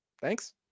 Thanks